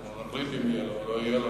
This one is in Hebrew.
אנחנו נחליט אם יהיה לו או לא יהיה לו.